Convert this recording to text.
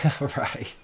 Right